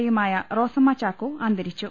A യുമായ റോസമ്മ ചാക്കോ അന്തരിച്ചു